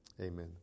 Amen